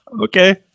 Okay